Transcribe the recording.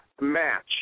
match –